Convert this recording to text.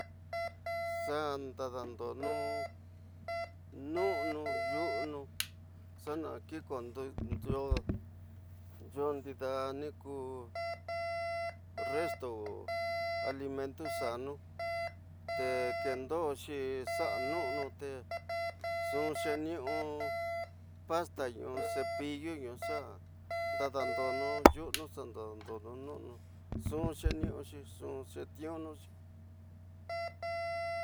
Xa ndadandonu ñu ñuwanu ñu ñu ñaxaki kanonu ñu ñndaxi ñku resto alimento ñaxo, te ñendoxi ñxu xa ñuwu ñu ñxu xeniu ñu ñata ñu, sepillitu xa ndadandodu ñu ñuwu ñu xeniuxi ñxu xetiunu.